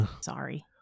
Sorry